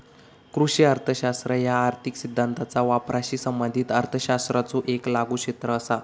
कृषी अर्थशास्त्र ह्या आर्थिक सिद्धांताचा वापराशी संबंधित अर्थशास्त्राचो येक लागू क्षेत्र असा